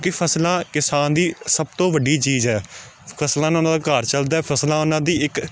ਕਿ ਫਸਲਾਂ ਕਿਸਾਨ ਦੀ ਸਭ ਤੋਂ ਵੱਡੀ ਚੀਜ਼ ਹੈ ਫਸਲਾਂ ਨਾਲ ਉਹਨਾਂ ਦਾ ਘਰ ਚੱਲਦਾ ਫਸਲਾਂ ਉਹਨਾਂ ਦੀ ਇੱਕ